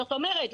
זאת אומרת,